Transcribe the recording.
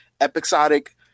episodic